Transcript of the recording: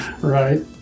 right